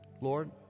Lord